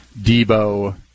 Debo